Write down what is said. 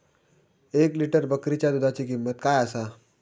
एक लिटर बकरीच्या दुधाची किंमत काय आसा?